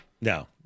no